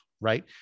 right